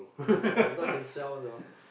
oh if not can sell the